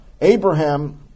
Abraham